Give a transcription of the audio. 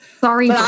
Sorry